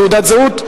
תעודת זהות?